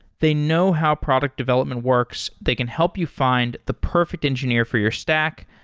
they know how product development works. they can help you find the perfect engineer for your stack,